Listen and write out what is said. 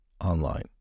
online